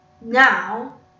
now